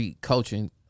coaching